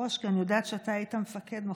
הוא לא בלונדיני, הוא לא נורבגי, ואל